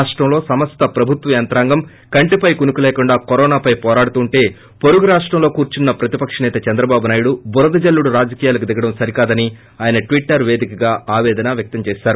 రాష్టంలో సమస్త ప్రభుత్వ యంత్రాంగం కంటిపై కునుకులేకుండా కరోనా పై పోరాడుతుంటే పొరుగు రాష్టంలో కార్పున్న ప్రతిపక్ష సేత చంద్రబాబునాయుడు బురదజల్లుడు రాజకీయాలకు దిగడం సరికాదని ఆయన ట్పిట్టర్ పేదికగా ఆపేదన వ్యక్తం చేసారు